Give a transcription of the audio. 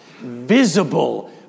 visible